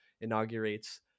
inaugurates